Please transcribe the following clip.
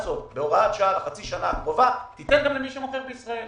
כהוראת שעה לחצי השנה הקרובה גם למי שמוכר בישראל.